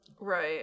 Right